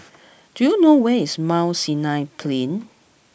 do you know where is Mount Sinai Plain